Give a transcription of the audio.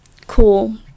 cool